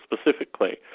specifically